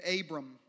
Abram